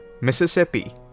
Mississippi